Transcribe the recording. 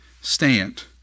Stand